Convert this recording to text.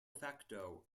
facto